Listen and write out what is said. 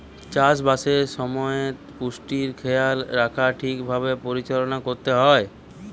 চাষ বাসের সময়তে পুষ্টির খেয়াল রাখা ঠিক ভাবে পরিচালনা করতে হয়